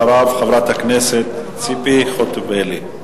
אחריו, חברת הכנסת ציפי חוטובלי.